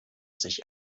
sich